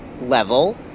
level